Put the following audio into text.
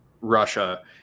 Russia